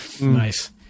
Nice